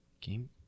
Game